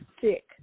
sick